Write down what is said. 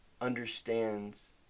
understands